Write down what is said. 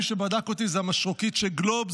מי שבדק אותי זה המשרוקית של גלובס,